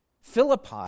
Philippi